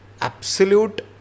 absolute